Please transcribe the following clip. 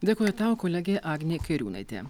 dėkoju tau kolegė agnė kairiūnaitė